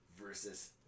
versus